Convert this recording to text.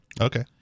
Okay